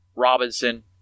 Robinson